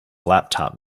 laptop